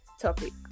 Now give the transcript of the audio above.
topic